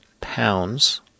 pounds